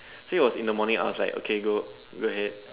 so it was in the morning I was like okay go go ahead